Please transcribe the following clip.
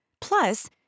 Plus